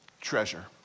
treasure